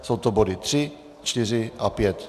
Jsou to body 3, 4 a 5.